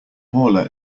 paula